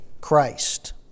Christ